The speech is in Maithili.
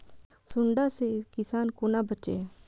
सुंडा से किसान कोना बचे?